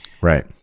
Right